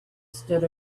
stood